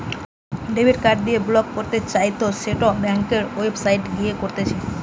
debit card যদি block করতে চাইতো সেটো ব্যাংকের ওয়েবসাইটে গিয়ে করতিছে